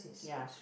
ya